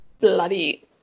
bloody